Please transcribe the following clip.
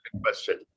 question